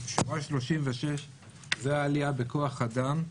אז שורה 36 זו עלייה בכוח אדם.